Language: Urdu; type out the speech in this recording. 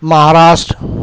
مہاراشٹر